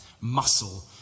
muscle